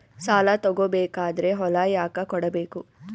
ಸಾಲ ತಗೋ ಬೇಕಾದ್ರೆ ಹೊಲ ಯಾಕ ಕೊಡಬೇಕು?